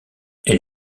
elle